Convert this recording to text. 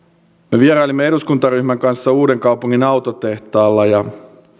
me vierailimme eduskuntaryhmän kanssa uudenkaupungin autotehtaalla ja